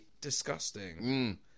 disgusting